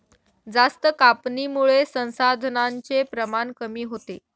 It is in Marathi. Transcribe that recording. जास्त कापणीमुळे संसाधनांचे प्रमाण कमी होते